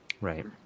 right